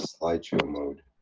slide show mode.